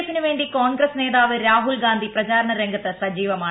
എഫിനു വേണ്ടി കോൺഗ്രസ്സ് നേതാവ് രാഹുൽ ഗാന്ധി പ്രചാരണ രംഗത്ത് സജീവമാണ്